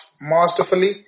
masterfully